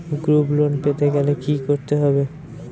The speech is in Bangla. গ্রুপ লোন পেতে গেলে কি করতে হবে?